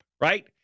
right